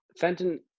Fenton